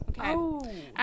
Okay